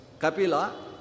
Kapila